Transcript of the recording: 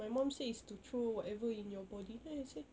my mum say it's to throw whatever in your body then I say